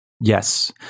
Yes